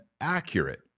accurate